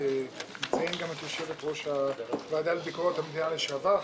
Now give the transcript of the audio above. אני אציין גם את יושבת-ראש הוועדה לביקורת המדינה לשעבר,